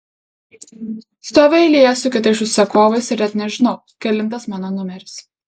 stoviu eilėje su kitais užsakovais ir net nežinau kelintas mano numeris